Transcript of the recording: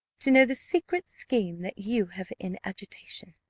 to know the secret scheme that you have in agitation.